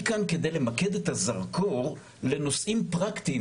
אני כאן כדי למקד את הזרקור לנושאים פרקטיים